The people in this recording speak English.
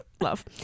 Love